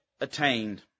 attained